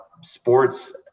sports